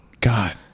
God